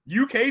UK